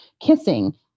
kissing